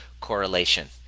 correlation